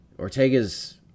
Ortega's